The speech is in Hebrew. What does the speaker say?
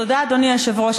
תודה, אדוני היושב-ראש.